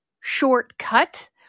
shortcut